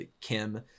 Kim